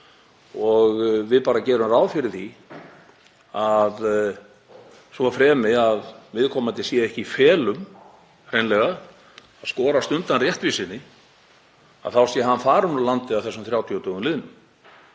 gerum bara ráð fyrir því að svo fremi að viðkomandi sé ekki í felum hreinlega, að skorast undan réttvísinni, þá sé hann farinn úr landi að þessum 30 dögum